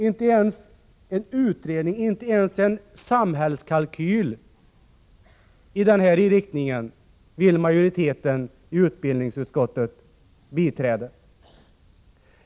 Inte ens kravet på en samhällskostnadskalkyl vill majoriteten i utbildningsutskottet biträda.